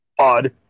Odd